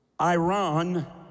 Iran